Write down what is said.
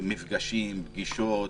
מפגשים, פגישות,